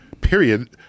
period